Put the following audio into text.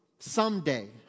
someday